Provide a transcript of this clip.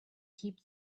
keep